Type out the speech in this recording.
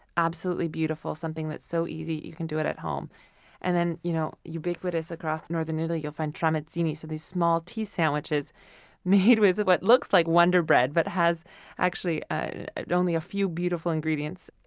absolutely beautiful, something that's so easy, you can do it at home and then, you know ubiquitous across northern italy, you'll find tramezzini, so these small tea sandwiches made with what looks like wonder bread, but has actually only a few beautiful ingredients.